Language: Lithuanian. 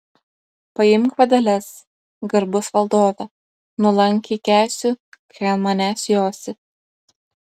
paimk vadeles garbus valdove nuolankiai kęsiu kai ant manęs josi